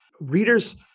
readers